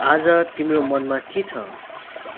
आज तिम्रो मनमा के छ